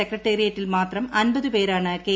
സെക്രട്ടറിയേറ്റിൽ മാത്രം അൻപത് പേരാണ് കെ